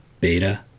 Beta